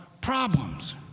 problems